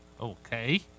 Okay